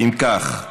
אם כך,